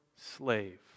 slave